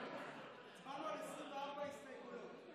דיברנו על 24 הסתייגויות.